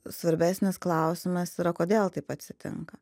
svarbesnis klausimas yra kodėl taip atsitinka